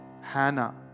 Hannah